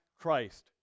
Christ